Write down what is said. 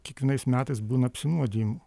kiekvienais metais būna apsinuodijimų